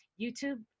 YouTube